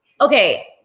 okay